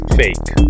fake